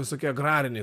visokie agrariniai